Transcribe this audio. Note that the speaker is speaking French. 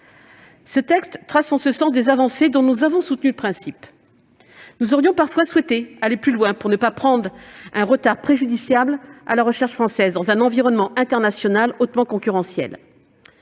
Ce texte trace en ce sens des avancées dont nous avons soutenu le principe. Nous aurions parfois souhaité aller plus loin, pour ne pas faire prendre un retard préjudiciable à la recherche française dans un environnement international hautement concurrentiel.